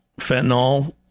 Fentanyl